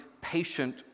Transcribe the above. patient